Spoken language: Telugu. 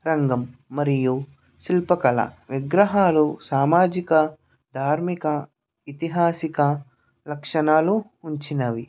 రంగం మరియు శిల్పకళ విగ్రహాలు సామాజిక ధార్మిక ఐతిహాసిక లక్షణాలు ఉన్నవి